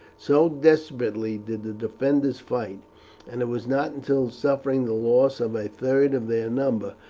so desperately did the defenders fight and it was not until suffering the loss of a third of their number,